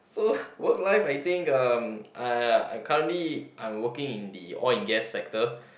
so work life I think uh I I currently I'm working in the oil and gas sector